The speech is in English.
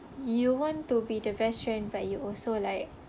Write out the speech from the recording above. you want to be the best friend but you also like